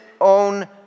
own